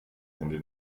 handy